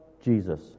Jesus